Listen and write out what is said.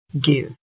give